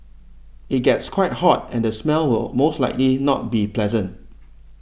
it gets quite hot and the smell will most likely not be pleasant